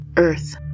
Earth